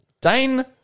Dane